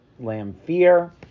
Lamphere